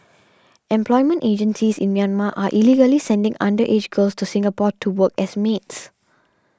employment agencies in Myanmar are illegally sending underage girls to Singapore to work as maids